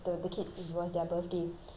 the then after that um